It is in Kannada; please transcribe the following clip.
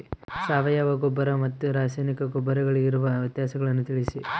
ಸಾವಯವ ಗೊಬ್ಬರ ಮತ್ತು ರಾಸಾಯನಿಕ ಗೊಬ್ಬರಗಳಿಗಿರುವ ವ್ಯತ್ಯಾಸಗಳನ್ನು ತಿಳಿಸಿ?